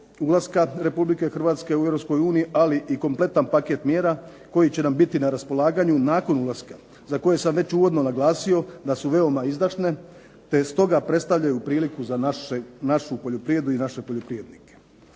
ulaska Republike Hrvatske u Europsku uniju, ali i kompletan paket mjera koji će nam biti na raspolaganju nakon ulaska za koje sam već uvodno naglasio da su veoma izdašne, te stoga predstavljaju priliku za našu poljoprivredu i naše poljoprivrednike.